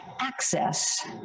access